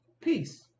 peace